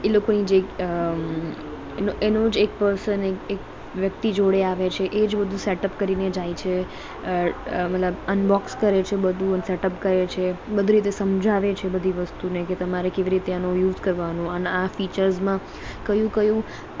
એ લોકોની જે એનો જ એક પર્સન એક વ્યક્તિ જોડે આવે છે એજ બધું સેટઅપ કરીને જાય છે મતલબ અનબોક્સ કરે છે બધું સેટઅપ કરે છે બધી રીતે સમજાવે છે બધી વસ્તુને કે તમારે કેવી રીતે એનો યુઝ કરવાનો એના ફીચર્સમાં કયું કયું